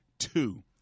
Two